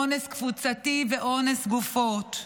אונס קבוצתי ואונס גופות.